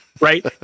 right